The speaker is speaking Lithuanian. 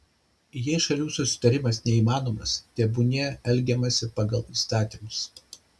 jei šalių susitarimas neįmanomas tebūnie elgiamasi pagal įstatymus